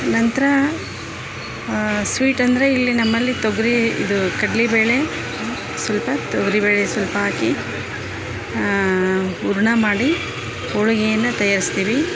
ನಂತರ ಸ್ವೀಟ್ ಅಂದರೆ ಇಲ್ಲಿ ನಮ್ಮಲ್ಲಿ ತೊಗರಿ ಇದು ಕಡಳಿ ಬೇಳೆ ಸ್ವಲ್ಪ ತೊಗರಿ ಬೇಳೆ ಸ್ವಲ್ಪ ಹಾಕಿ ಹೂರ್ಣ ಮಾಡಿ ಹೋಳಿಗೆಯನ್ನ ತಯಾರಿಸ್ತೀವಿ